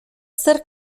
zer